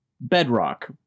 bedrock